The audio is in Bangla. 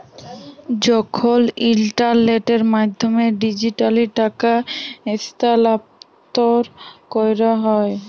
যখল ইলটারলেটের মাধ্যমে ডিজিটালি টাকা স্থালাল্তর ক্যরা হ্যয়